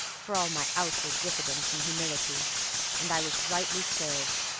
for all my outward diffidence and humility and i was rightly served.